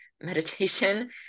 meditation